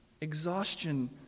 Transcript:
Exhaustion